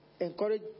encourage